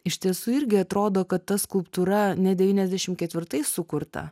iš tiesų irgi atrodo kad ta skulptūra ne devyniasdešim ketvirtais sukurta